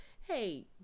Hey